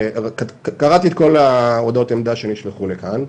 קראתי את כל ניירות העמדה שנשלחו לכאן,